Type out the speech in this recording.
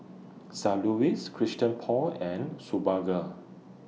Saint Ives Christian Paul and Superga